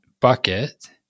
bucket